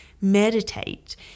Meditate